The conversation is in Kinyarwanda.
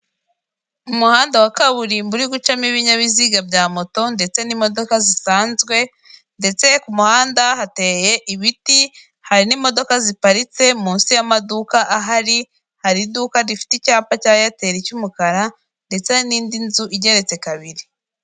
Umuhanda wa kaburimbo uri gucamo ibinyabiziga bya moto ndetse n'imodoka zisanzwe ndetse ku muhanda hateye ibiti hari n'imodoka ziparitse munsi y'amaduka ahari, hari iduka rifite icyapa cya eyateri cy'umukara ndetse hari n'indi nzu igeretse kabiri.